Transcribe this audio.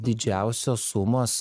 didžiausios sumos